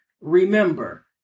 Remember